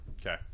Okay